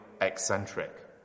eccentric